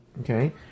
Okay